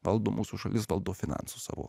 valdo mūsų šalis valdo finansus savo